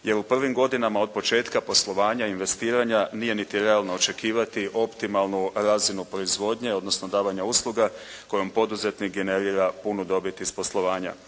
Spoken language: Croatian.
jer u prvim godinama od početka poslovanja, investiranja nije niti realno očekivati optimalnu razinu proizvodnje, odnosno davanja usluga kojom poduzetnik generira punu dobit iz poslovanja.